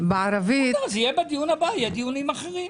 יהיו דיונים אחרים.